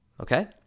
okay